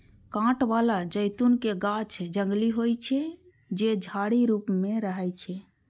कांट बला जैतूनक गाछ जंगली होइ छै, जे झाड़ी रूप मे रहै छै